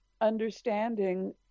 understanding